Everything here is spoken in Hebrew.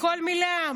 כל מילה.